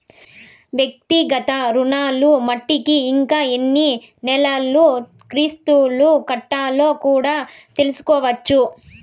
వ్యక్తిగత రుణాలు మట్టికి ఇంకా ఎన్ని నెలలు కిస్తులు కట్టాలో కూడా తెల్సుకోవచ్చు